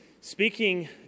speaking